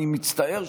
אני מצטער,